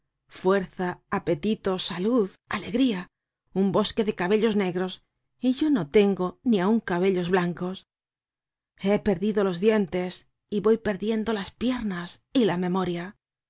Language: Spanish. fuerza apetito salud alegría un bosque de cabellos negros y yo no tengo ni aun cabellos blancos he perdido los dientes y voy perdiendo las piernas y la memoria